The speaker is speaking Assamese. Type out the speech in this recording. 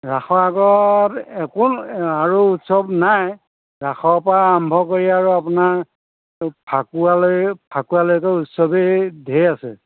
ৰাসৰ আগত একো আৰু উৎসৱ নাই ৰাসৰ পৰা আৰম্ভ কৰি আৰু আপোনাৰ ফাকুৱালৈ ফাকুৱালৈকে উৎসৱেই ধেৰ আছে